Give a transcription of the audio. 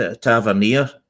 Tavernier